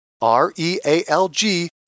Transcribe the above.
R-E-A-L-G